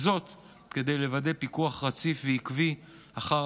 וזאת כדי לוודא פיקוח רציף ועקבי אחר